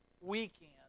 weekend